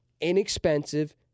inexpensive